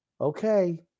Okay